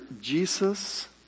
Jesus